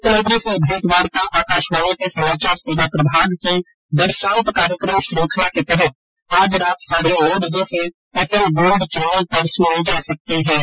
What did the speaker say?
वित्त मंत्री से यह भेंट वार्ता आकाशवाणी के समाचार सेवा प्रभाग की वर्षांत कार्यक्रम श्रंखला के तहत आज रात साढ़े नौ बजे से एफ एम गोल्ड चैनल पर सुनी जा सकती है